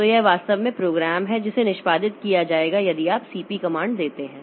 तो यह वास्तव में प्रोग्राम है जिसे निष्पादित किया जाएगा यदि आप cp कमांड देते हैं